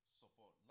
support